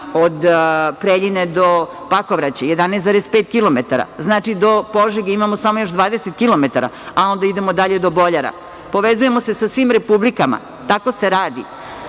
od Preljine do Pakovraće, 11,5 kilometara. Znači, do Požege imamo samo još 20 kilometara, a onda idemo dalje do Boljara. Povezujemo se sa svim republikama. Tako se